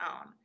own